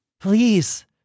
please